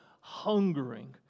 hungering